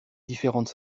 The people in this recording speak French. différentes